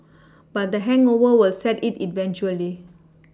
but the hangover was set in eventually